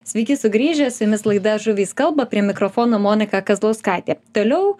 sveiki sugrįžę su jumis laida žuvys kalba prie mikrofono monika kazlauskaitė toliau